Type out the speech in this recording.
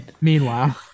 Meanwhile